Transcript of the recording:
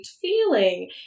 feeling